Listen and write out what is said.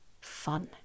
fun